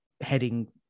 heading